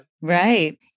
Right